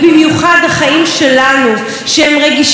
שהם רגישים מאוד למצב האקולוגי פה,